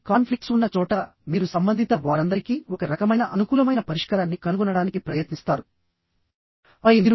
కాబట్టి కాన్ఫ్లిక్ట్స్ ఉన్న చోట మీరు సంబంధిత వారందరికీ ఒక రకమైన అనుకూలమైన పరిష్కారాన్ని కనుగొనడానికి ప్రయత్నిస్తారు